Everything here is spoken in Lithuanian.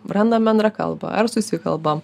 randam bendrą kalbą ar susikalbam